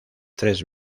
tres